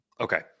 okay